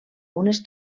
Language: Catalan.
unes